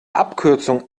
abkürzung